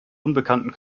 unbekannten